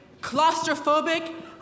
claustrophobic